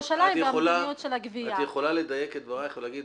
יש את משרד הפנים ומשרד --- את משרד המשפטים לא שמעתי.